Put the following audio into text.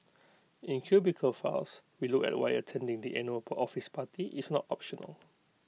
in cubicle files we look at why attending the annual office party is not optional